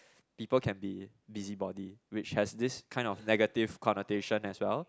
people can be busybody which has this kind of negative connotation as well